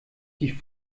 die